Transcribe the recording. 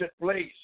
place